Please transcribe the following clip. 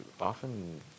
often